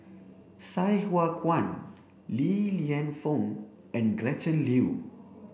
Sai Hua Kuan Li Lienfung and Gretchen Liu